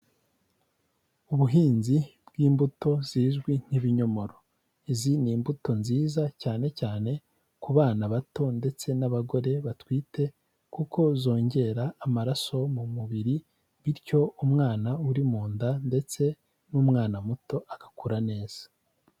Ubuhinzi bw'imbuto zizwi nk'ibinyomoro. Izi ni imbuto nziza, cyane cyane ku bana bato ndetse n'abagore batwite kuko zongera amaraso mu mubiri bityo umwana uri mu nda ndetse n'umwana muto agakura neza.